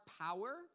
power